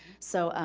so,